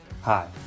Hi